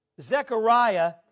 Zechariah